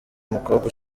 mukobwa